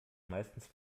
meistens